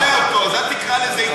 אתה יודע אותו, אז אל תקרא לזה התעללות.